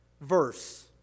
verse